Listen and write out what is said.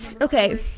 Okay